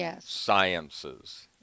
Sciences